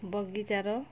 ବଗିଚାର